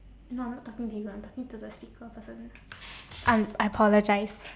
no I'm not talking to you I'm talking to the speaker person I I apologise